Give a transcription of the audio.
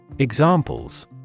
Examples